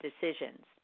decisions